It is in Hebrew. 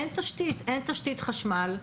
אין תשתית חשמל.